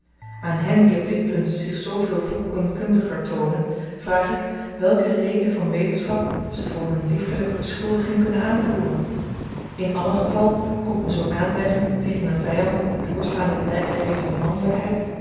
aan hen die op dit punt zich zooveel volkenkundiger toonen vraag ik welke reden van wetenschap ze voor hun liefelyke beschuldiging kunnen aanvoeren in allen geval komt me zoo'n aantyging tegen n vyand die doorslaande blyken geeft van mannelykheid